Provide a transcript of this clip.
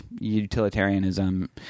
utilitarianism